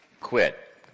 quit